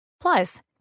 Plus